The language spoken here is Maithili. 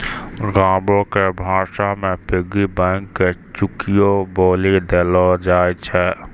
गांवो के भाषा मे पिग्गी बैंको के चुकियो बोलि देलो जाय छै